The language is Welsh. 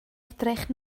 edrych